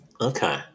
Okay